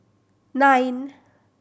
nine